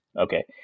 Okay